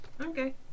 Okay